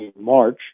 March